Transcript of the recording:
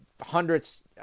hundreds